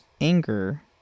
anger